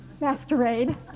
Masquerade